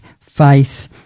faith